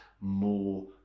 more